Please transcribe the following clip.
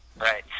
right